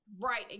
right